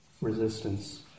resistance